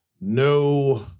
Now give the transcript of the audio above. no